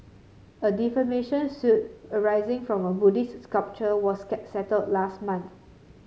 a defamation suit arising from a Buddhist sculpture was settled last month